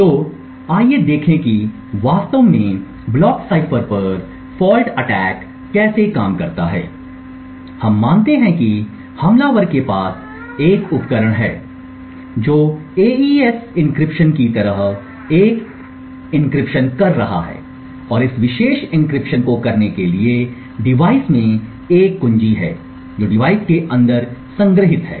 तो आइए देखें कि वास्तव में ब्लॉक साइफर पर फॉल्ट हमला कैसे काम करता है इसलिए हम मानते हैं कि हमलावर के पास एक उपकरण है जो एईएस एन्क्रिप्शन की तरह एक एन्क्रिप्शन कर रहा है और इस विशेष एन्क्रिप्शन को करने के लिए डिवाइस में एक कुंजी है जो डिवाइस के अंदर संग्रहीत है